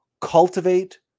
cultivate